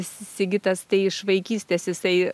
sigitas iš vaikystės jisai